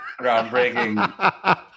groundbreaking